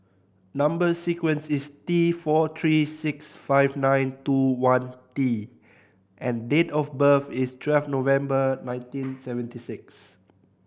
number sequence is T four three six five nine two one T and date of birth is twelve November nineteen seventy six